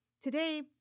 Today